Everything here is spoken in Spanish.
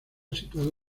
situado